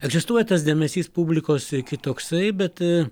egzistuoja tas dėmesys publikos ir kitoksai bet